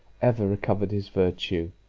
ever recovered his virtue?